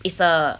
it's a